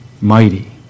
mighty